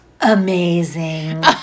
amazing